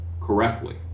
correctly